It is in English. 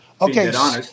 Okay